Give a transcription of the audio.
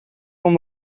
con